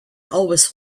always